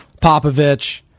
Popovich